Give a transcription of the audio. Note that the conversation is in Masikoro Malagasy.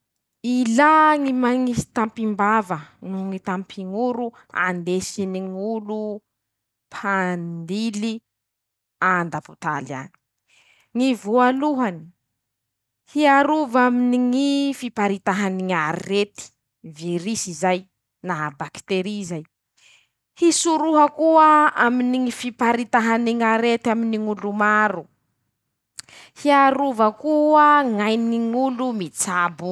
Ilà ñy mañisy tampimbava, noho ñy tampiñ'oro andesiniñ'olo mpandily andapotaly añy: -ñy voalaohany, hiarova aminy ñy fiparitahany ñ'arety, virisy zay na bakitery zay, hisoroha koa aminy ñy fiparitahany ñ'arety aminy ñ'olo maro, hiarova koa ñain'olo mitsabo.